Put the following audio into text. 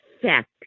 fact